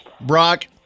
brock